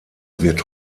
wird